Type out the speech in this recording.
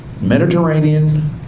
Mediterranean